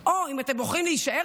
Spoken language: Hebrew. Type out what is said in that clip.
או, אם אתם בוחרים להישאר